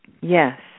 Yes